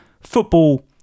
football